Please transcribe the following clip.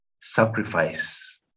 sacrifice